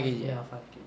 ya five K_G